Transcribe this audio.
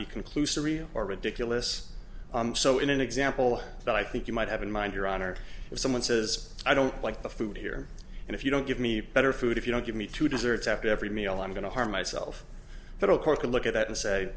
be conclusory or ridiculous so in an example that i think you might have in mind your honor if someone says i don't like the food here and if you don't give me better food if you don't give me two desserts after every meal i'm going to harm myself that a court could look at that and say